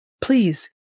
Please